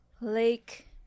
Lake